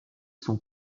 sont